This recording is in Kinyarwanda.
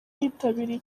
bitabiriye